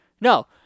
No